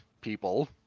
people